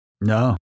No